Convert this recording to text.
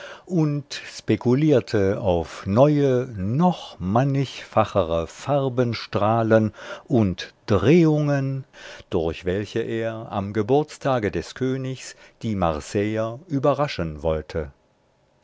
und spekulierte auf neue noch mannigfachere farbenstrahlen und drehungen durch welche er am geburtstage des königs die marseiller überraschen wollte